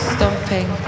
Stomping